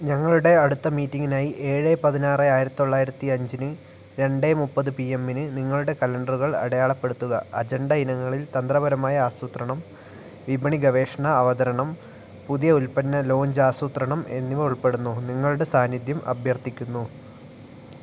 ഞങ്ങളുടെ അടുത്ത മീറ്റിംഗിനായി ഏഴ് പതിനാറ് ആയിരത്തി തൊള്ളായിരത്തി അഞ്ചിന് രണ്ട് മുപ്പത് പിഎമ്മിന് നിങ്ങളുടെ കലണ്ടറുകൾ അടയാളപ്പെടുത്തുക അജണ്ട ഇനങ്ങളിൽ തന്ത്രപരമായ ആസൂത്രണം വിപണി ഗവേഷണ അവതരണം പുതിയ ഉൽപ്പന്ന ലോഞ്ച് ആസൂത്രണം എന്നിവ ഉൾപ്പെടുന്നു നിങ്ങളുടെ സാന്നിധ്യം അഭ്യർത്ഥിക്കുന്നു